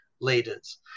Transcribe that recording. leaders